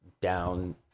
down